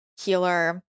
healer